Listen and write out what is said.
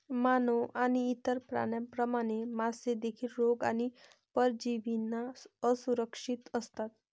मानव आणि इतर प्राण्यांप्रमाणे, मासे देखील रोग आणि परजीवींना असुरक्षित असतात